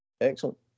Excellent